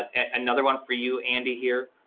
and another one for you andy here.